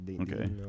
Okay